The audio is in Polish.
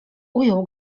ujął